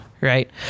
right